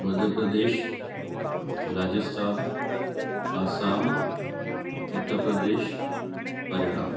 Madhya Pradesh Rajasthan Assam Uttar Pradesh Haryana